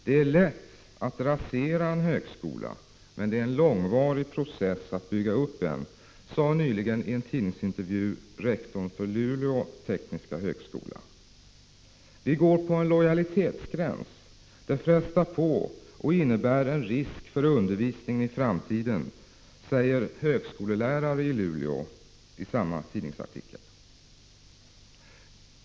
Det är lätt att rasera en högskola, men det är en långvarig process att bygga upp en högskola. Vi går på en lojalitetsgräns. Det frestar på och innebär risk för undervisningen i framtiden, säger högskolelärare i Luleå i tidningsartikeln.